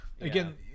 again